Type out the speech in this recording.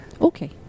Okay